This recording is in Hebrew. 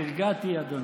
נרגעתי, אדוני.